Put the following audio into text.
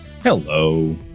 Hello